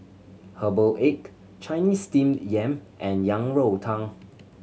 herbal egg Chinese Steamed Yam and Yang Rou Tang